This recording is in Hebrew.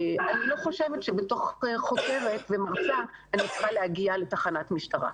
אני לא חושבת שבתור חוקרת ומרצה אני צריכה להגיע לתחנת משטרה.